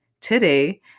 today